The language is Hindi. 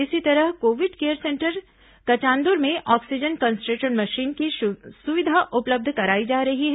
इसी तरह कोविड केयर सेंटर कचांदुर में ऑक्सीजन कंसट्रेटर मशीन की सुविधा उपलब्ध कराई जा रही है